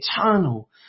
eternal